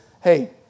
hey